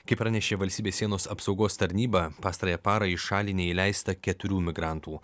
kaip pranešė valstybės sienos apsaugos tarnyba pastarąją parą į šalį neįleista keturių migrantų